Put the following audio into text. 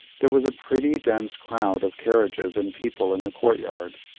there was a pretty dense crowd of carriages and people in the court-yard,